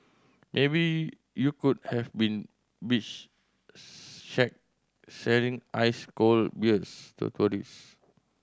maybe you could have been beach shack selling ice cold beers to tourists